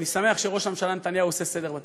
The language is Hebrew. ואני שמח שראש הממשלה נתניהו עושה סדר בתקשורת.